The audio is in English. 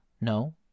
No